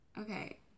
Okay